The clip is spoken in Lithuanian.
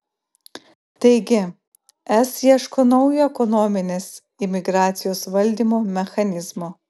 taigi es ieško naujo ekonominės imigracijos valdymo mechanizmo